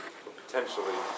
potentially